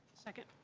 second.